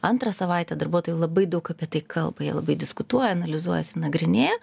antrą savaitę darbuotojai labai daug apie tai kalba jie labai diskutuoja analizuojasi nagrinėja